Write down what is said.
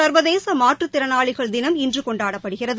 சர்வதேச மாற்றுத்திறனாளிகள் தினம் இன்று கொண்டாடப்படுகிறது